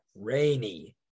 Rainy